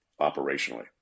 operationally